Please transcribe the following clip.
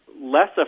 less